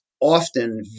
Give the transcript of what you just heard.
often